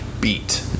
beat